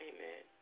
Amen